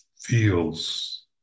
feels